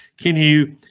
can you?